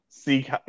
Seek